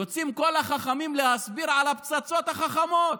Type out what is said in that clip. יוצאים כל החכמים להסביר על הפצצות החכמות,